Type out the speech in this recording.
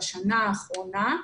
בשנה האחרונה.